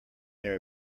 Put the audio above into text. their